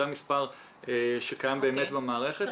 זה המספר שקיים במערכת.